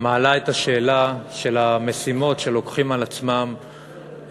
מעלה את השאלה של המשימות שלוקחים על עצמם,